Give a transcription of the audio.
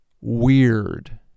weird